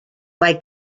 mae